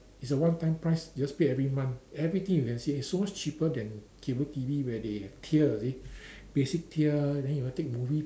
it's a one time price you just pay every month everything you can see it's so much cheaper than cable T_V where they have tier you see basic tier then you want to take movie